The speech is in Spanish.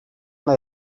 una